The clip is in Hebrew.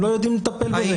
הם לא יודעים לטפל בזה.